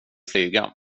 flyga